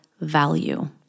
value